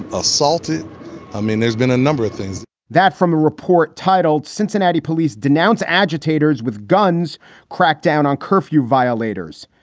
assaulted i mean, there's been a number of things that from a report titled cincinnati police denounce agitators with guns crack down on curfew violators.